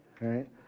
right